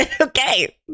Okay